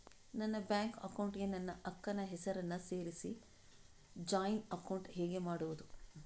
ನನ್ನ bank account ಗೆ ನನ್ನ ಅಕ್ಕ ನ ಹೆಸರನ್ನ ಸೇರಿಸಿ ಜಾಯಿನ್ ಅಕೌಂಟ್ ಹೇಗೆ ಮಾಡುದು?